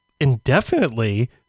indefinitely